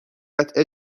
قطعه